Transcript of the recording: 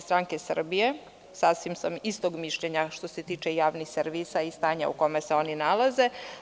Sasvim sam istog mišljenja, što se tiče javnih servisa i stanja u kome se oni nalaze.